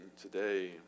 today